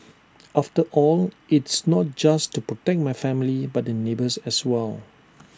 after all it's not just to protect my family but the neighbours as well